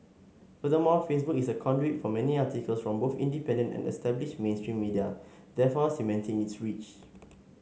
furthermore Facebook is a conduit for many articles from both independent and established mainstream media therefore cementing its reach